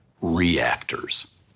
reactors